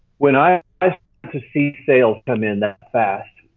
when i i to see sales come in that fast.